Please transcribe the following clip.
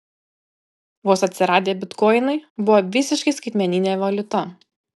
vos atsiradę bitkoinai buvo visiškai skaitmeninė valiuta